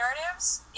narratives